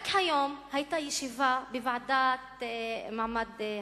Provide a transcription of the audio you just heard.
רק היום היתה ישיבה בוועדה למעמד האשה,